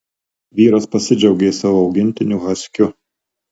vyras pasidžiaugė savo augintiniu haskiu